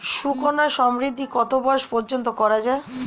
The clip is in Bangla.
সুকন্যা সমৃদ্ধী কত বয়স পর্যন্ত করা যায়?